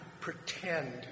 pretend